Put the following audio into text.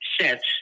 sets